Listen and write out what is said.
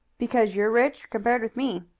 because you're rich compared with me.